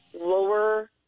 lower